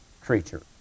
creature